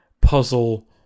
puzzle